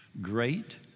great